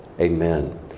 amen